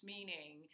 Meaning